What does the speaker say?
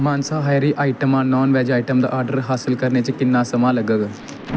मांसाहारी आइटमां नान बैज आईटम दा ऑर्डर हासल करने च किन्ना समां लग्गग